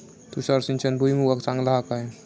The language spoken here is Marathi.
तुषार सिंचन भुईमुगाक चांगला हा काय?